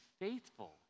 faithful